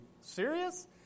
serious